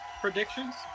predictions